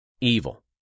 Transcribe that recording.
evil